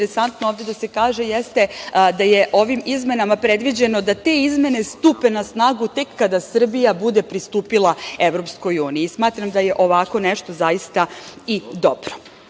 interesantno ovde da se kaže jeste da je ovim izmenama predviđeno da te izmene stupe na snagu tek kada Srbija bude pristupila EU. Smatram da je nešto ovako zaista dobro. Želim